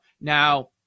Now